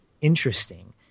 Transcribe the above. interesting